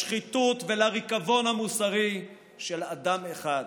לשחיתות ולריקבון המוסרי של אדם אחד.